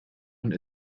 und